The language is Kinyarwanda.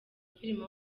filime